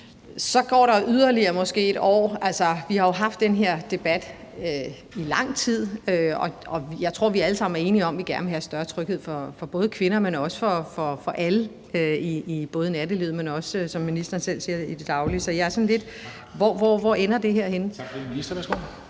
så går der måske yderligere et år. Altså, vi har jo haft den her debat i lang tid, og jeg tror, vi alle sammen er enige om, at vi gerne vil have større tryghed for kvinder, men også for alle andre, både i nattelivet og i det daglige, som ministeren også selv siger. Så jeg er sådan lidt: Hvor ender det her henne? Kl. 10:15 Formanden (Henrik